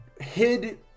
hid